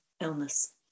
illness